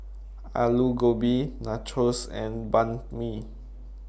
Alu Gobi Nachos and Banh MI